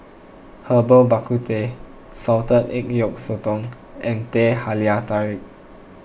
Herbal Bak Ku Teh Salted Egg Yolk Sotong and Teh Halia Tarik